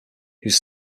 was